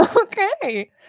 Okay